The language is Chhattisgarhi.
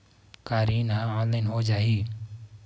का ऋण ह ऑनलाइन हो जाही?